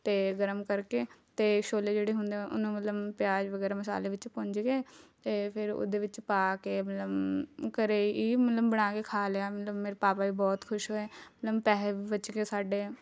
ਅਤੇ ਗਰਮ ਕਰਕੇ ਅਤੇ ਛੋਲੇ ਜਿਹੜੇ ਹੁੰਦੇ ਉਹਨੂੰ ਮਤਲਬ ਪਿਆਜ਼ ਵਗੈਰਾ ਮਸਾਲੇ ਵਿੱਚ ਭੁੱਜ ਗਏ ਅਤੇ ਫਿਰ ਉਹਦੇ ਵਿੱਚ ਪਾ ਕੇ ਮਤਲਬ ਘਰ ਹੀ ਮਤਲਬ ਬਣਾ ਕੇ ਖਾ ਲਿਆ ਮਤਲਬ ਮੇਰੇ ਪਾਪਾ ਵੀ ਬਹੁਤ ਖੁਸ਼ ਹੋਏ ਮਤਲਬ ਪੈਸੇ ਵੀ ਬਚ ਗਏ ਸਾਡੇ